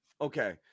Okay